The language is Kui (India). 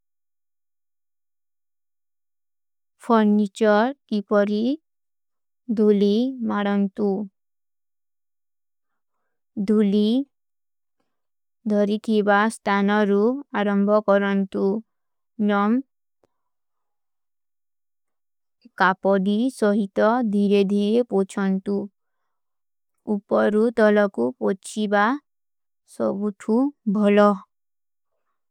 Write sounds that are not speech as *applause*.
ଫର୍ଣିଚର, କୀପରୀ, ଦୂଲୀ ମାରଂତୂ। *hesitation* ଦୂଲୀ, ଧରୀ କୀବା ସ୍ଟାନରୂ ଅରମ୍ବ କରଂତୂ। ନମ୍, *hesitation* କାପଡୀ ସହୀତ ଧୀରେ ଧୀରେ ପୋଛଂତୂ। ଉପରୂ ତଲକୂ ପୋଛ୍ଚୀବା ସବୁଠୂ ଭଲ।